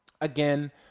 again